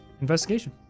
investigation